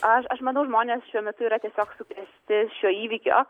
aš aš manau žmonės šiuo metu yra tiesiog sukrėsti šio įvykio